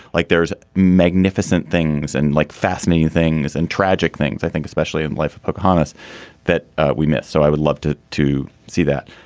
like there's magnificent things and like fascinating things and tragic things, i think, especially in life, a book on us that we miss. so i would love to to see that.